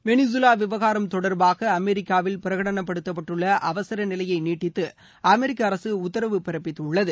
வெளிகலா விவகாரம் தொடர்பாக அமெரிக்காவில் பிரகடனப்படுத்தப்பட்டுள்ள அவசர நிலையை நீட்டித்து அமெரிக்கா அரசு உத்தரவு பிறப்பித்துள்ளது